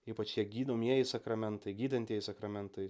ypač tie gydomieji sakramentai gydantieji sakramentai